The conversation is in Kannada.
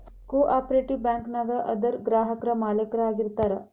ಕೊ ಆಪ್ರೇಟಿವ್ ಬ್ಯಾಂಕ ನ್ಯಾಗ ಅದರ್ ಗ್ರಾಹಕ್ರ ಮಾಲೇಕ್ರ ಆಗಿರ್ತಾರ